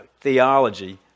theology